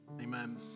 Amen